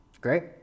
Great